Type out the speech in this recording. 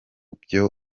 byo